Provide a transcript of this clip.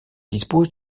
dispose